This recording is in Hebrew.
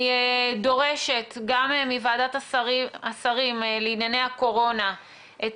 אני דורשת גם מוועדת השרים לענייני הקורונה את